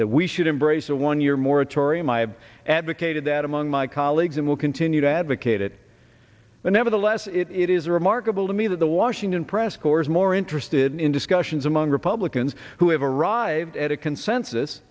that we should embrace a one year moratorium i have advocated that among my colleagues and will continue to advocate it but nevertheless it is remarkable to me that the washington press corps more interested in discussions among republicans who have arrived at a consensus